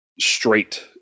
straight